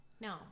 no